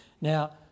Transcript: Now